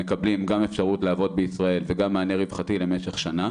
אפשרות לעבוד בישראל וגם מענה רווחתי לפני שנה.